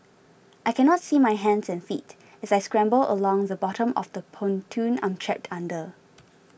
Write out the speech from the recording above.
I cannot see my hands and feet as I scramble along the bottom of the pontoon I'm trapped under